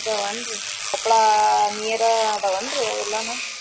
ಅದ ಒಂದು ಕೊಪ್ಪಳ ನಿಯರ್ ಅದವೇನು ರೀ ಅವು ಎಲ್ಲಾನು